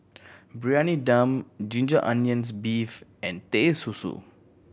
Briyani Dum ginger onions beef and Teh Susu